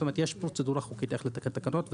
יש פרוצדורה חוקית איך לתקן תקנות.